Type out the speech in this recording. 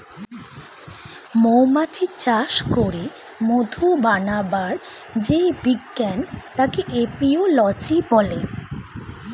মৌমাছি চাষ করে মধু বানাবার যেই বিজ্ঞান তাকে এপিওলোজি বলে